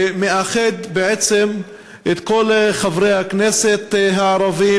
שמאחד בעצם את כל חברי הכנסת הערבים,